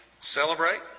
celebrate